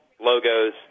logos